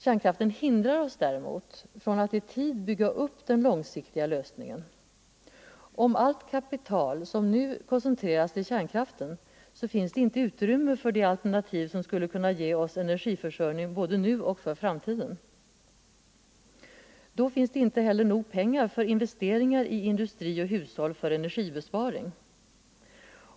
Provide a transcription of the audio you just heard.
Kärnkraften hindrar oss däremot från att i tid bygga upp den långsiktiga lösningen. Om allt kapital, såsom för närvarande sker, koncentreras till kärnkraften finns det inte utrymme för de alternativ som skulle kunna ge oss energiförsörjning både nu och i framtiden. Då finns det inte heller pengar nog till investeringar i industri och hushåll för energibesparing.